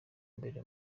mbere